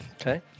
okay